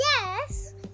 yes